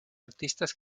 artistas